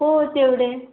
हो तेवढे